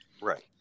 Right